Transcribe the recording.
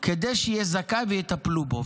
כדי שיהיה זכאי ויטפלו בו.